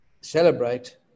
celebrate